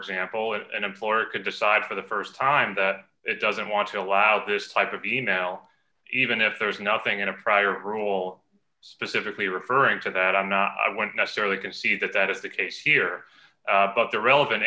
example if an employer could decide for the st time that it doesn't want to allow this type of being now even if there's nothing in a prior rule specifically referring to that i'm not i went necessarily concede that that is the case here but the relevant